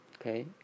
okay